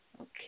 Okay